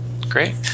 Great